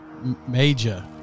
Major